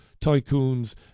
tycoons